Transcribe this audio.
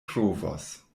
trovos